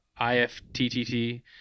IFTTT